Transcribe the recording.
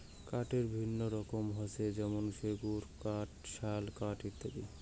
কাঠের বিভিন্ন রকম হসে যেমন সেগুন কাঠ, শাল কাঠ ইত্যাদি